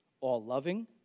all-loving